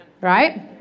Right